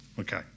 Okay